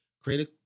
create